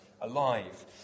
alive